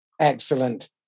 Excellent